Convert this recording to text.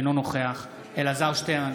אינו נוכח אלעזר שטרן,